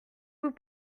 vous